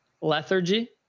lethargy